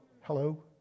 Hello